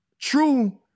true